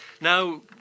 Now